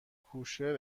کوشر